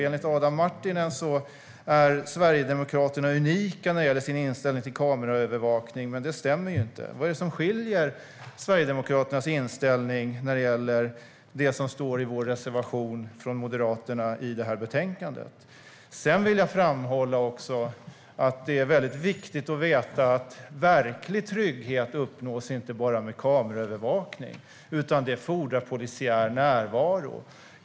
Enligt Adam Marttinen är Sverigedemokraterna unika i sin inställning till kameraövervakning. Men det stämmer inte. Vad är det som skiljer Sverigedemokraternas inställning från det som står i vår reservation? Sedan vill jag framhålla att det är väldigt viktigt att veta att verklig trygghet uppnås inte bara med kameraövervakning, utan det fordrar polisiär närvaro.